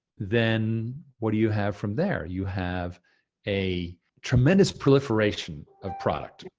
then what do you have from there? you have a tremendous proliferation of product.